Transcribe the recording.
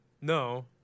No